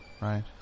Right